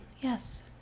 Yes